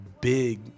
big